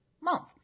Month